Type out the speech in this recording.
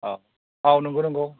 औ औ नंगौ नंगौ